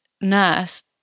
nurse